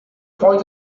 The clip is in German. freut